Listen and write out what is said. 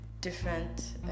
different